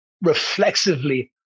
reflexively